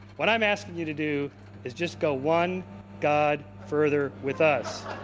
what i'm asking you to do is just go one god further with us.